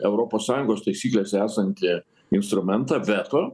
europos sąjungos taisyklėse esantį instrumentą veto